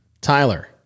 Tyler